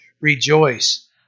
rejoice